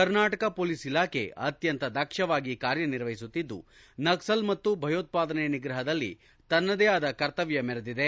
Karnataka police ಇಲಾಖೆ ಅತ್ಯಂತ ದಕ್ಷವಾಗಿ ಕಾರ್ಯನಿರ್ವಹಿಸುತ್ತಿದ್ದು ನಕ್ಸಲ್ ಮತ್ತು ಭಯೋತ್ವಾದನೆ ನಿಗ್ರಹದಲ್ಲಿ ತನ್ನದೇ ಆದ ಕರ್ತವ್ಯ ಮೆರೆದಿದೆ